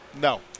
No